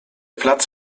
platz